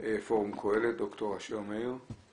פורום קהלת, ד"ר אשר מאיר.